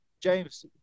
James